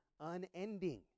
unending